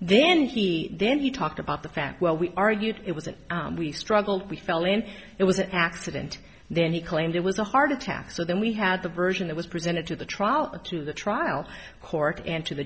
then he then he talked about the fact well we argued it was it we struggled we fell and it was an accident then he claimed it was a heart attack so then we had the version that was presented to the trial to the trial court and to the